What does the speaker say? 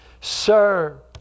Sir